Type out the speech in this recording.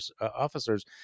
officers